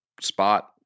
spot